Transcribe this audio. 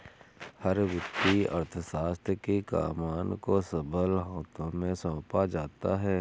हर वित्तीय अर्थशास्त्र की कमान को सबल हाथों में सौंपा जाता है